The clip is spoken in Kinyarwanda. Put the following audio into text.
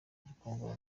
gikongoro